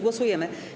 Głosujemy.